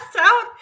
out